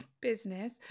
business